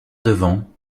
devant